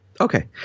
okay